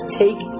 take